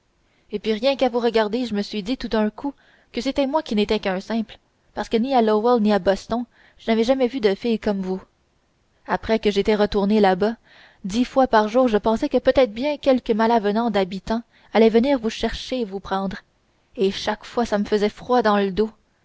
et puis rien qu'à vous regarder je me suis dit tout d'un coup que c'était moi qui n'étais qu'un simple parce que ni à lowell ni à boston je n'avais vu de fille comme vous après que j'étais retourné là-bas dix fois par jour je pensais que peut-être bien quelque malavenant d'habitant allait venir vous chercher et vous prendre et chaque fois ça me faisait froid dans le dos